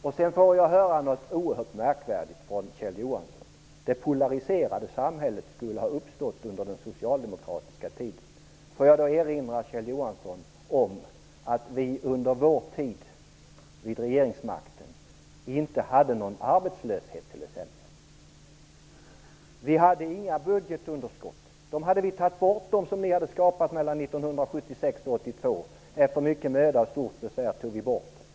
Jag fick höra något oerhört märkvärdigt av Kjell Johansson, nämligen att det polariserade samhället skulle ha uppstått under den socialdemokratiska tiden. Får jag då erinra Kjell Johansson om att vi under vår tid vid regeringsmakten t.ex. inte hade någon arbetslöshet? Vi hade inga budgetunderskott. De budgetunderskott som ni hade skapat mellan 1976 och 1982 tog vi bort med mycken möda och stort besvär.